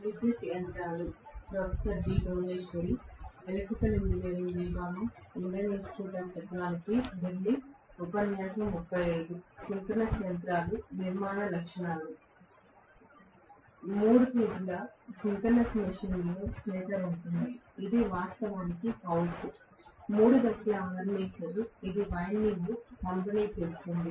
మూడు ఫేజ్ ల సింక్రోనస్ మెషీన్లలో స్టేటర్ ఉంటుంది ఇది వాస్తవానికి హౌస్ మూడు దశల ఆర్మేచర్ ఇది వైండింగ్ పంపిణీ చేస్తుంది